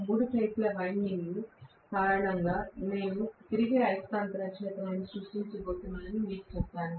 మూడు ఫేజ్ ల వైండింగ్ల కారణంగా నేను తిరిగే అయస్కాంత క్షేత్రాన్ని సృష్టించబోతున్నానని మీకు చెప్పాను